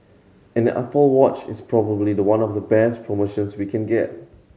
an the Apple Watch is probably the one of the best promotions we can get